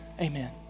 Amen